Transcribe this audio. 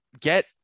get